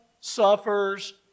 Suffers